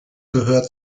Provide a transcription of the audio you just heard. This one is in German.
gehört